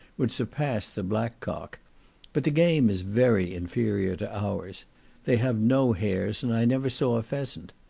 would surpass the black cock but the game is very inferior to our's they have no hares, and i never saw a pheasant.